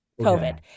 COVID